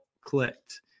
clicked